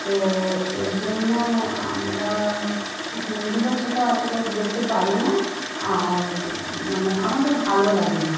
তো এই জন্য আমরা হিন্দি ভাষাটা অতটা বলতে পারি না আর মানে আমাদের ভালো লাগে না